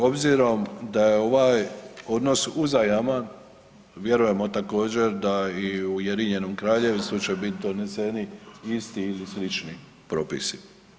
Obzirom da je ovaj odnos uzajaman vjerujemo također da i u Ujedinjenom Kraljevstvu će bit doneseni isti ili slični propisi.